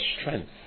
strength